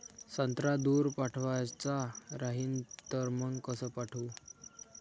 संत्रा दूर पाठवायचा राहिन तर मंग कस पाठवू?